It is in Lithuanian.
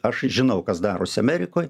aš žinau kas darosi amerikoj